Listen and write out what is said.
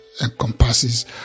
encompasses